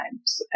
times